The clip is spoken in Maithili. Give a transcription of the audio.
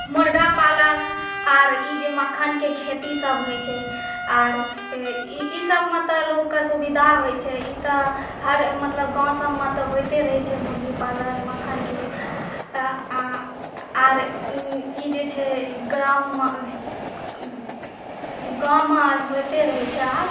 मुर्गा पालन आर ई जे मखानक खेतीसभ होइ छै आर ई सभमे लोकके सुविधा होइ छै ई तऽ हर मतलब गाँवसभमे होइते रहै छै मुर्गी पालन मखानके आर ई जे छै गाममे गाँवमे होईते रहै छै आर